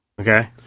Okay